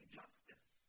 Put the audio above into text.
justice